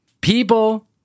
People